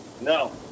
No